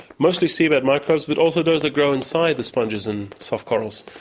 mostly seabed microbes, but also those that grow inside the sponges and soft corals.